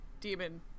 demon